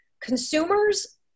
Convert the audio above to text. consumers